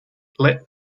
let